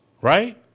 right